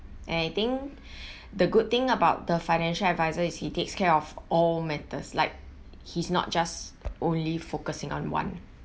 and I think the good thing about the financial advisor is he takes care of all matters like he's not just only focusing on one